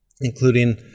including